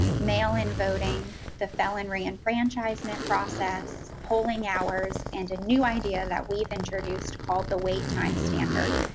mail-in voting, the felon re-enfranchisement process, polling hours, and a new idea that we've introduced called the wait time standard.